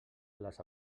les